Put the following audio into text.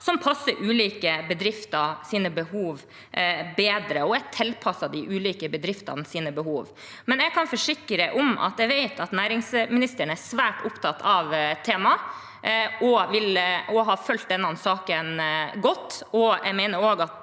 som passer ulike bedrifters behov bedre – som er tilpasset de ulike bedriftenes behov. Jeg kan forsikre om at jeg vet at næringsministeren er svært opptatt av temaet og har fulgt denne saken godt.